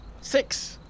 Six